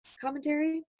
commentary